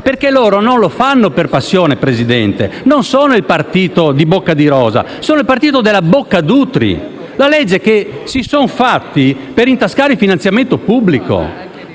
perché loro non lo fanno per passione, Presidente. Non sono il partito di «Bocca di rosa», sono il partito di Boccadutri, il presentatore della legge realizzata per intascare il finanziamento pubblico,